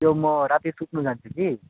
त्यो म राति सुत्नु जान्छु कि